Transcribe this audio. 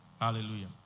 Hallelujah